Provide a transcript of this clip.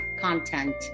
content